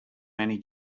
many